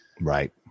Right